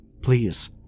Please